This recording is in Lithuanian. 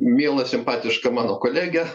miela simpatiška mano kolege